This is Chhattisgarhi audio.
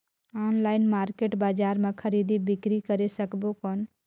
ऑनलाइन मार्केट बजार मां खरीदी बीकरी करे सकबो कौन?